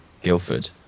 Guildford